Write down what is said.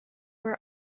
were